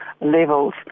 levels